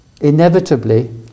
inevitably